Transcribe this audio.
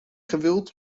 gewild